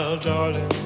Darling